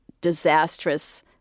disastrous